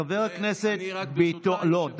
חבר הכנסת ביטון, אני רק, ברשותך, לא.